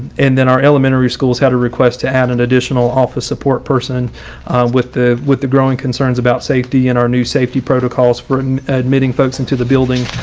and then our elementary schools had a request to add an additional office support person with the with the growing concerns about safety and our new safety protocols for admitting folks into the building.